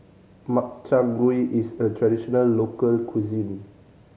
Makchang Gui is a traditional local cuisine